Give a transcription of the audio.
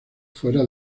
fuera